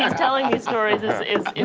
um telling these stories is